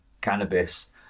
cannabis